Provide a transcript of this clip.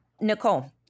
Nicole